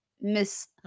Miss